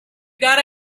got